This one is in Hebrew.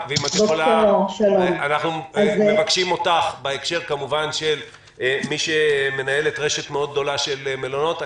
אנחנו מבקשים אותך כמובן בהקשר של מי שמנהלת רשת גדולה מאוד של מלונות.